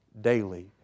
daily